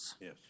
Yes